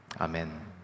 Amen